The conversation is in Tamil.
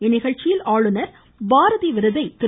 இந்நிகழ்ச்சியில் ஆளுநர் பாரதி விருதை திரு